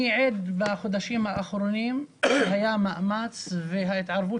אני עד בחודשים האחרונים שהיה מאמץ וההתערבות